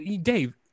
Dave